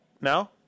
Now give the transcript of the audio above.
no